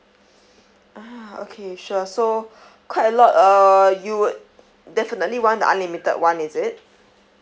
ah okay sure so quite a lot uh you would definitely want the unlimited one is it